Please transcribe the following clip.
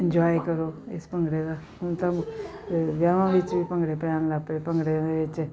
enjoy ਕਰੋ ਇਸ ਭੰਗੜੇ ਦਾ ਹੁਣ ਤਾਂ ਵਿਆਹਵਾਂ ਵਿੱਚ ਵੀ ਭੰਗੜੇ ਪੈਣ ਲੱਗ ਪਏ ਭੰਗੜੇ ਦੇ ਵਿੱਚ